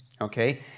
Okay